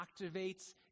activates